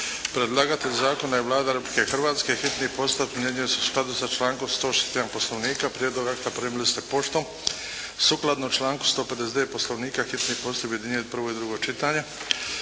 Predlagatelj zakona je Vlada Republike Hrvatske, hitni postupak primjenjuje se u skladu sa člankom 161. Poslovnika. Prijedlog akta primili ste poštom. Sukladno članku 159. Poslovnika hitni postupak objedinjuje prvo i drugo čitanje.